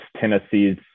Tennessee's